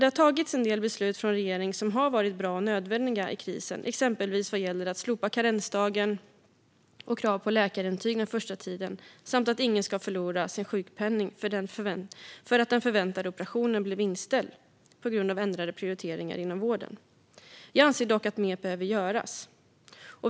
Det har fattats en del beslut från regeringen som har varit bra och nödvändiga i krisen, exempelvis vad gäller att slopa karensdagen och krav på läkarintyg den första tiden samt att ingen ska förlora sin sjukpenning för att den förväntade operationen blev inställd på grund av ändrade prioriteringar inom vården. Jag anser dock att mer behöver göras.